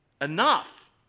enough